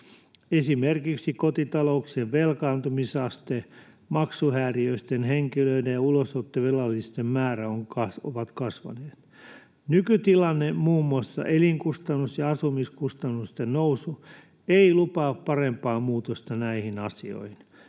Esimerkiksi kotitalouksien velkaantumisaste ja maksuhäiriöisten henkilöiden ja ulosottovelallisten määrät ovat kasvaneet. Nykytilanne, muun muassa elinkustannus- ja asumiskustannusten nousu, ei lupaa muutosta parempaan näihin asioihin.